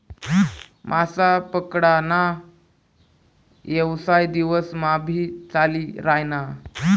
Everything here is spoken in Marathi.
मासा पकडा ना येवसाय दिवस मा भी चाली रायना